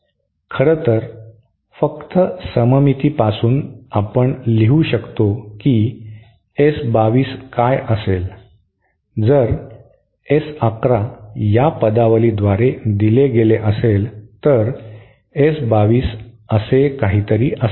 खरं तर फक्त सममितीपासून आपण लिहू शकतो की S 2 2 काय असेल जर S 1 1 या पदावलीद्वारे दिले गेले असेल तर S 2 2 असे काहीतरी असेल